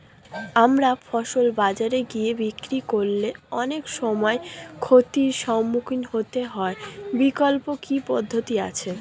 আমার ফসল বাজারে গিয়ে বিক্রি করলে অনেক সময় ক্ষতির সম্মুখীন হতে হয় বিকল্প কি পদ্ধতি আছে?